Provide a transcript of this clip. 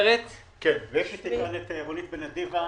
יושבת לידי רונית בן אדיבה.